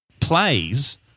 plays